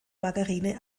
margarine